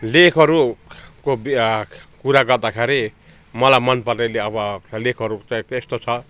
लेखहरूको बि कुरा गर्दाखेरि मलाई मनपर्ने त्यो अब लेखहरू चाहिँ त्यस्तो छ